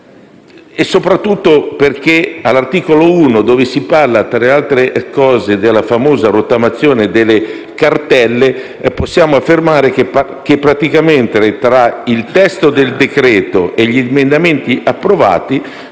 Soprattutto perché all'articolo 1, dove si parla (tra le altre cose) della famosa rottamazione delle cartelle, possiamo affermare che, praticamente, tra il testo del decreto e gli emendamenti approvati